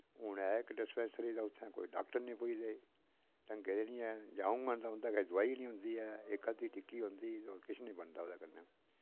हून ऐ इक डिस्पेंसरी ते उत्थैं कोई डाक्टर नि पुज्जदे ढंगै दे नि हैन जां औंगन तां उं'दे कच्छ दोआई नि होंदी ऐ इक अद्दी टिक्की होंदी ते किश नि बनदा ओह्दे कन्नै